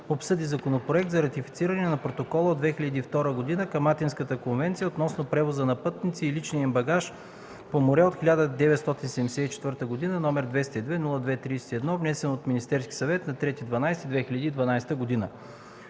обсъди Законопроект за ратифициране на Протокола от 2002 г. към Атинската конвенция относно превоза на пътници и личния им багаж по море от 1974 г., № 202-02-31, внесен от Министерски съвет на 3 декември 2012 г.